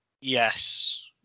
Yes